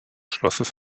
schlosses